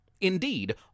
Indeed